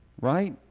right